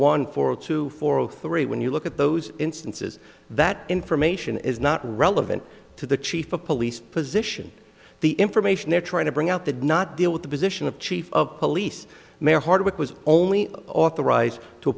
one four two four zero three when you look at those instances that information is not relevant to the chief of police position the information they're trying to bring out the do not deal with the mission of chief of police mayor hardwick was only authorized to a